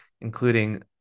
including